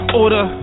order